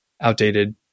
outdated